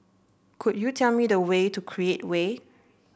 could you tell me the way to Create Way